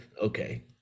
Okay